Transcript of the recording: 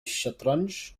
الشطرنج